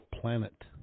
planet